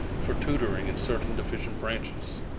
for tutoring in certain deficient branches.